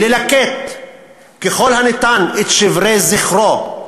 וללקט ככל האפשר את שברי זכרו,